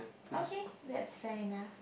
okay that's fair enough